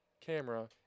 camera